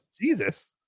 Jesus